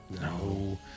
No